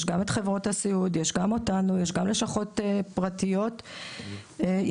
את חברות הסיעוד ואת הלשכות הפרטיות; ב',